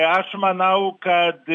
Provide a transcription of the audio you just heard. aš manau kad